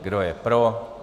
Kdo je pro?